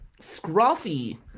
Scruffy